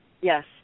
Yes